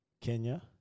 Kenya